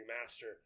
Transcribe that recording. master